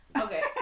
Okay